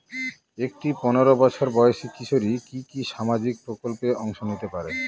একটি পোনেরো বছর বয়সি কিশোরী কি কি সামাজিক প্রকল্পে অংশ নিতে পারে?